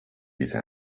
diese